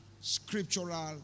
scriptural